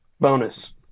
Bonus